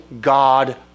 God